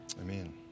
Amen